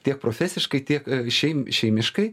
tiek profesiškai tiek šeim šeimiškai